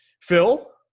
Phil